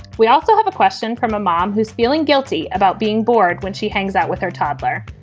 we also have a question from a mom who's feeling guilty about being bored when she hangs out with her toddler.